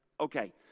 Okay